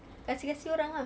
kasi kasi orang ah